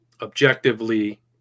objectively